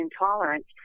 intolerance